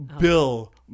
Bill